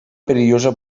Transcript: perillosa